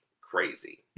crazy